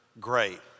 great